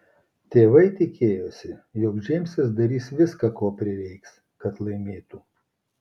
tėvai tikėjosi jog džeimsas darys viską ko prireiks kad laimėtų